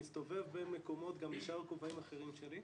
שמסתובב בין מקומות גם בשאר הכובעים האחרים שלי,